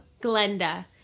Glenda